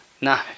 no